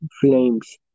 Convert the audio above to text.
Flames